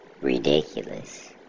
ridiculous